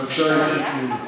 בבקשה, איציק.